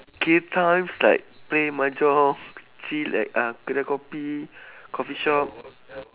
kill times like play mahjong chill at uh kedai kopi coffee shop